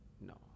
No